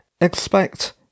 Expect